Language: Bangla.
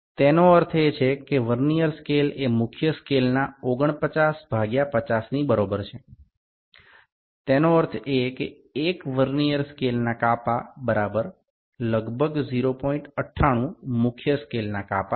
এর অর্থ ভার্নিয়ার স্কেল মূল স্কেলের ৪৯ ভাজিতক ৫০ এর সমান তার মানে ভার্নিয়ার স্কেলের ১টি বিভাগ সমান প্রায় মূল স্কেলের ০৯৮ বিভাগ যা ০৯৮ মিমির সমান